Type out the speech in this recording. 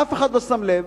אף אחד לא שם לב,